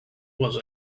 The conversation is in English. was